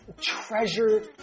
Treasure